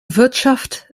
wirtschaft